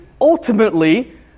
ultimately